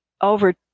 Over